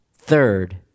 third